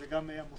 זה גם המוסד,